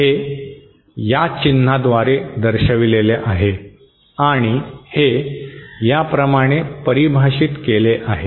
हे या चिन्हाद्वारे दर्शविलेले आहे आणि हे या प्रमाणे परिभाषित केले आहे